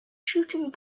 shooting